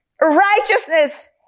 righteousness